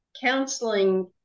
counseling